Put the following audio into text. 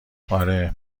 آره